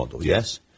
yes